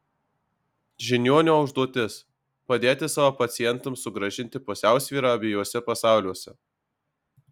žiniuonio užduotis padėti savo pacientams sugrąžinti pusiausvyrą abiejuose pasauliuose